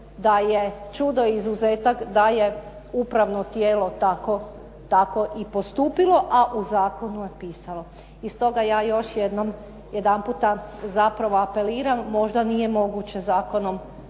da je čudo izuzetak, da je upravno tijelo tako i postupilo, a u zakonu je pisalo. I stoga ja još jednom, jedanputa zapravo apeliram, možda nije moguće zakonom propisati,